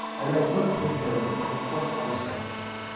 and i looked at him, and of course i was crushed.